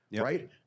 right